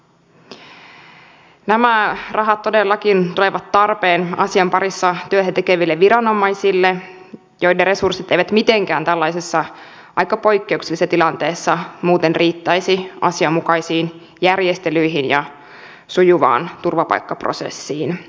nämä rahat todellakin tulevat tarpeeseen asian parissa työtä tekeville viranomaisille joiden resurssit eivät mitenkään tällaisessa aika poikkeuksellisessa tilanteessa muuten riittäisi asianmukaisiin järjestelyihin ja sujuvaan turvapaikkaprosessiin